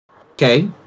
Okay